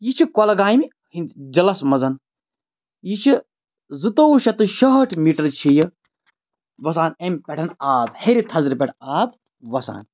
یہِ چھِ کۄلگامہِ ہِنٛدۍ ضِلعس منٛز یہِ چھِ زٕتوٚوُہ شٮ۪تھ تہٕ شُہٲٹھ میٖٹَر چھِ یہِ وَسان اَمہِ پٮ۪ٹھ آب ہیٚرِ تھَزرٕ پٮ۪ٹھ آب وَسان